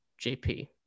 JP